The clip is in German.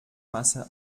masse